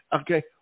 okay